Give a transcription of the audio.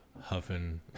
huffing